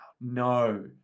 No